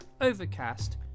Overcast